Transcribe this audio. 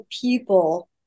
people